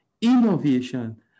innovation